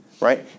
right